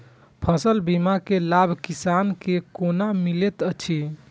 फसल बीमा के लाभ किसान के कोना मिलेत अछि?